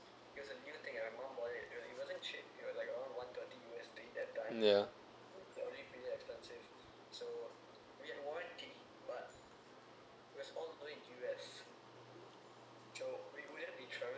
yeah